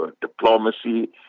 diplomacy